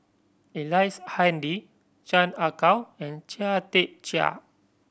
Ellice Handy Chan Ah Kow and Chia Tee Chiak